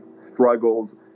struggles